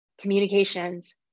communications